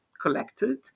collected